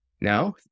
Now